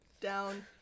down